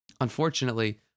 unfortunately